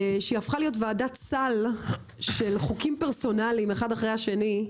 שהפכה להיות ועדת-סל של חוקים פרסונליים אחד אחרי השני,